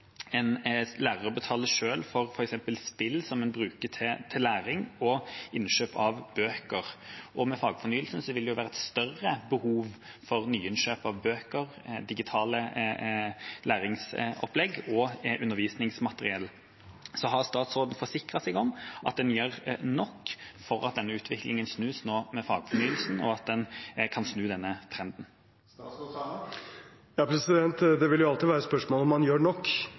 betaler selv for f.eks. spill som en bruker til læring, og innkjøp av bøker, og med fagfornyelsen vil det jo være et større behov for nyinnkjøp av bøker, digitale læringsopplegg og undervisningsmateriell. Har statsråden forsikret seg om at en gjør nok for at denne utviklingen snus nå med fagfornyelsen, og at en kan snu denne trenden? Det vil jo alltid være et spørsmål om man gjør nok,